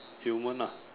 human ah